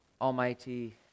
Almighty